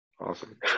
awesome